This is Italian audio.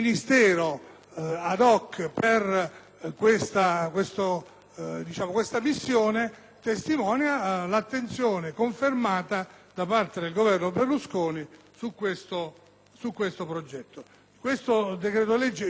*ad hoc* per questa missione testimonia l'attenzione, confermata da parte del Governo Berlusconi, su questo progetto. Il decreto-legge in esame